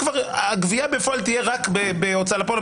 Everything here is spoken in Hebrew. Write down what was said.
הגבייה בפועל תהיה רק בהוצאה לפועל,